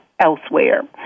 Elsewhere